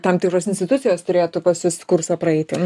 tam tikros institucijos turėtų pas jus kursą praeiti